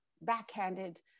backhanded